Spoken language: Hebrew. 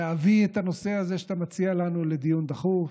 נביא את הנושא הזה שאתה מציע לנו לדיון דחוף,